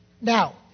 Now